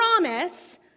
promise